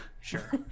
Sure